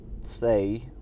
say